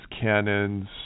cannons